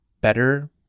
better